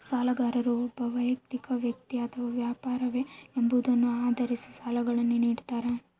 ಸಾಲಗಾರರು ಒಬ್ಬ ವೈಯಕ್ತಿಕ ವ್ಯಕ್ತಿ ಅಥವಾ ವ್ಯಾಪಾರವೇ ಎಂಬುದನ್ನು ಆಧರಿಸಿ ಸಾಲಗಳನ್ನುನಿಡ್ತಾರ